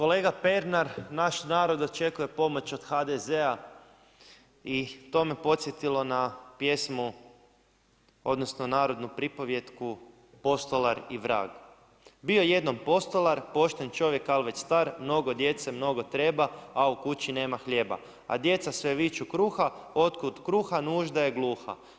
Kolega Pernar, naš narod očekuje pomoć od HDZ-a i to me podsjetilo na pjesmu odnosno narodnu pripovijetku Postolar i vrag, „Bio jednom postolar pošten čovjek al' već star, mnogo djece mnogo treba a u kući nema hljeba, a djeca sve viču kruha, od kud kruha nužda je gluha.